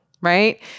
right